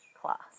class